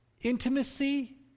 intimacy